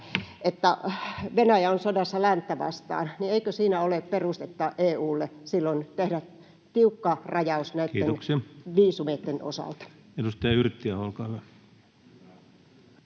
että Venäjä on sodassa länttä vastaan, niin eikö siinä ole perustetta EU:lle silloin tehdä tiukka rajaus viisumeitten osalta? [Speech 130] Speaker: